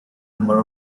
number